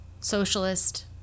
socialist